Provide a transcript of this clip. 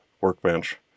workbench